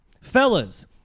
fellas